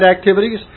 activities